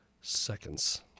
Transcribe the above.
seconds